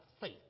faith